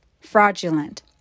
fraudulent